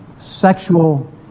sexual